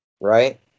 right